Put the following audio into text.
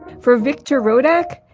for victor rodack?